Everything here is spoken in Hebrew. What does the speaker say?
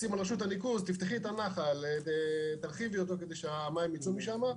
לוחצים על רשות הניקוז לפתוח ולהרחיב את הנחל כדי שהמים ייצאו משם,